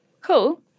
cool